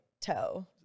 toe